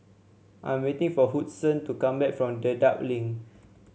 I am waiting for Woodson to come back from Dedap Link